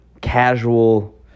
casual